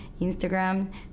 Instagram